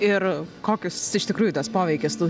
ir kokius iš tikrųjų tas poveikis tų